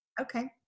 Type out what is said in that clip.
Okay